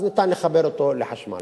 אז ניתן לחבר אותו לחשמל.